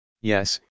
yes